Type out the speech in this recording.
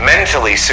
Mentally